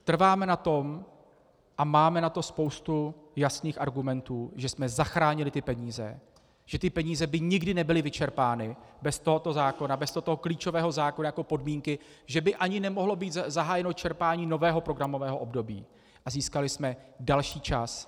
Trváme na tom a máme na to spoustu jasných argumentů, že jsme zachránili ty peníze, že ty peníze by nikdy nebyly vyčerpány bez tohoto zákona, bez tohoto klíčového zákona jako podmínky že by ani nemohlo být zahájeno čerpání nového programového období, a získali jsme další čas.